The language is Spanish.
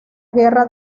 guerra